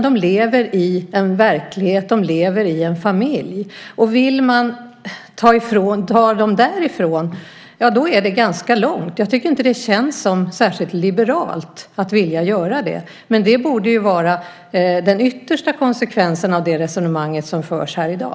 De lever i en verklighet, i en familj. Att ta dem därifrån är ett långt steg. Det känns inte särskilt liberalt att vilja göra det. Det borde vara den yttersta konsekvensen av det resonemang som förs i dag.